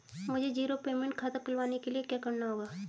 मुझे zero payment खाता खुलवाने के लिए क्या करना होगा?